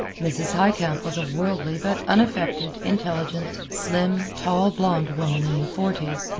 mrs. highcamp was a worldly but unaffected, intelligent, slim, tall blonde woman in the forties,